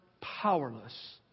powerless